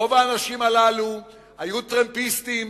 רוב האנשים הללו היו טרמפיסטים